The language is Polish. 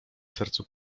sercu